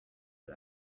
you